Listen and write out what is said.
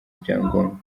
ibyangombwa